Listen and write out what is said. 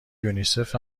یونیسف